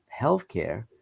healthcare